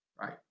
right